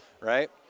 Right